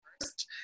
first